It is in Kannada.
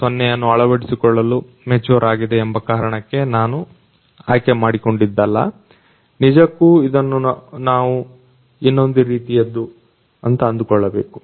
0 ಅನ್ನು ಅಳವಡಿಸಿಕೊಳ್ಳಲು ಮೆಚೂರ್ ಆಗಿದೆಪಕ್ವವಾಗಿದೆ ಎಂಬ ಕಾರಣಕ್ಕೆ ನಾನು ಆಯ್ಕೆ ಮಾಡಿಕೊಂಡದ್ದಲ್ಲ ನಿಜಕ್ಕೂ ಇದನ್ನು ಇನ್ನೊಂದು ರೀತಿಯದ್ದು